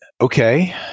Okay